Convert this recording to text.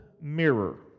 mirror